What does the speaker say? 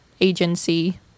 agency